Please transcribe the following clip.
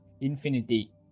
Infinity